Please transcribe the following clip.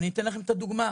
אני אתן לכם את הדוגמה: